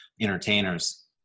entertainers